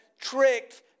tricked